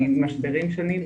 ממשברים שונים,